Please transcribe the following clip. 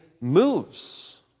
moves